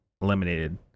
eliminated